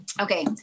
Okay